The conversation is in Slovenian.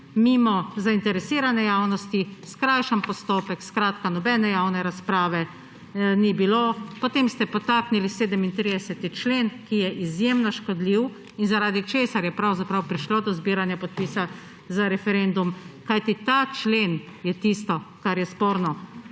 mimo zainteresirane javnosti, skrajšani postopek, skratka nobene javne razprave ni bilo. Potem ste podtaknili 37. člen, ki je izjemno škodljiv in zaradi česar je pravzaprav prišlo do zbiranja podpisov za referendum, kajti ta člen je tisto, kar je sporno,